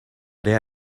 there